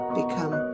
become